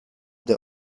the